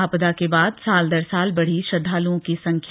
आपदा के बाद साल दर साल बढ़ी श्रद्वालुओं की संख्या